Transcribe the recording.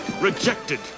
Rejected